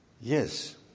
Yes